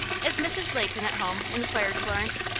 is mrs. leighton at home? inquired florence.